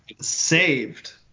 saved